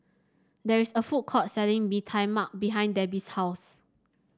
there is a food court selling Bee Tai Mak behind Debby's house